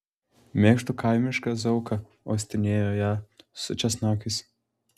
mėgstu kaimišką zauka uostinėjo ją su česnakais